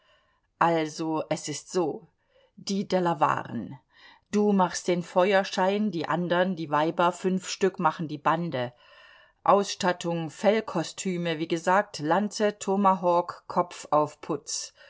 also es ist so die delawaren du machst den feuerschein die andern die weiber fünf stück machen die bande ausstattung fellkostüme wie gesagt lanze tomahawk